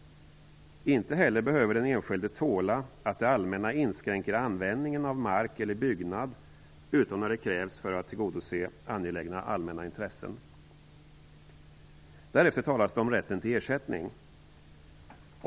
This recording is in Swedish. Inte heller behöver den enskilde tåla att det allmänna inskränker användningen av mark eller byggnad utom när det krävs för att tillgodose angelägna allmänna intressen. Därefter stadgas det om rätten till ersättning.